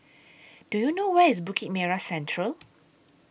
Do YOU know Where IS Bukit Merah Central